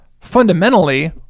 fundamentally